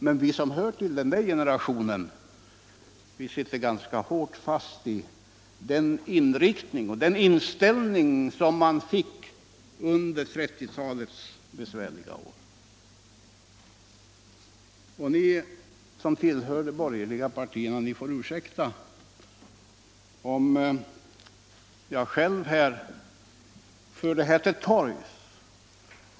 Men vi som hör till den äldre generationen sitter ganska hårt fast i den inställning som man fick under 1930-talets besvärliga år. Ni som tillhör de borgerliga partierna får ursäkta om jag själv för detta till torgs.